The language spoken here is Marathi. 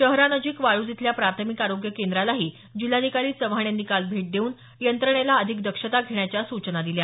शहरानजिक वाळ्ज इथल्या प्राथमिक आरोग्य केंद्रालाही जिल्हाधिकारी चव्हाण यांनी काल भेट देऊन यंत्रणेला अधिक दक्षता घेण्याच्या सुचना दिल्या